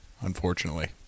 unfortunately